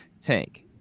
tank